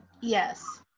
Yes